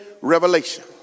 revelation